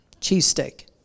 cheesesteak